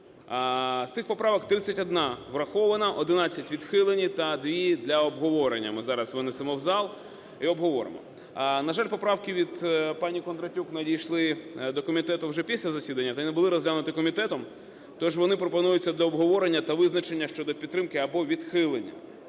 З цих поправок 31 врахована, 11 відхилені та дві для обговорення ми зараз винесемо в зал і обговоримо. На жаль, поправки пані Кондратюк надійшли вже після засідання та не були розглянуті комітетом, тож вони пропонуються до обговорення та визначення щодо підтримки або відхилення